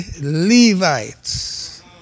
Levites